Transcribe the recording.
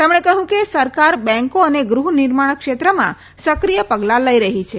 તેમણે કહ્યું કે સરકાર બેન્કો અને ગૃહ નિર્માણ ક્ષેત્રમાં સક્રિય પગલાં લઈ રહી છે